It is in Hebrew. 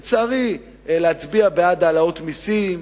לצערי, להצביע בעד העלאות מסים,